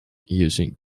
using